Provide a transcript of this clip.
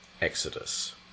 exodus